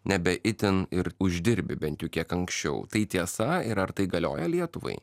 nebe itin ir uždirbi bent jau kiek anksčiau tai tiesa ir ar tai galioja lietuvai